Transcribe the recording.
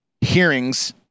hearings